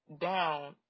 down